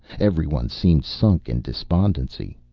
every one seemed sunk in despondency.